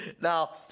Now